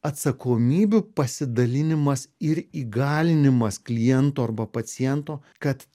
atsakomybių pasidalinimas ir įgalinimas kliento arba paciento kad